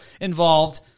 involved